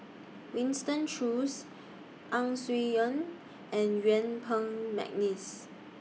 Winston Choos Ang Swee and Yuen Peng Mcneice